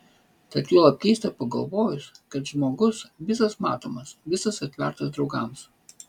tad juolab keista pagalvojus kad žmogus visas matomas visas atvertas draugams